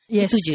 yes